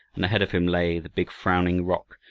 and ahead of him lay the big frowning rock,